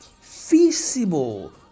feasible